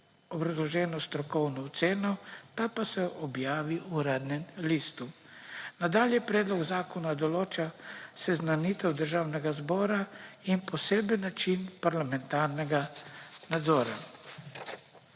obrazloženo strokovno oceno, ta pa se objavi v Uradnem listu. Nadalje predlog zakona določa seznanitev Državnega zbora in poseben način parlamentarnega nadzora.